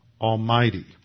Almighty